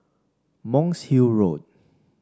Monk's Hill Road